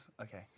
okay